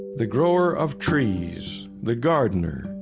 the grower of trees, the gardener,